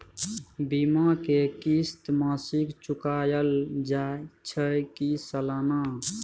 बीमा के किस्त मासिक चुकायल जाए छै की सालाना?